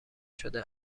شده